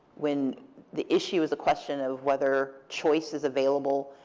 when the issue is a question of whether choice is available,